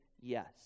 yes